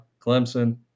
Clemson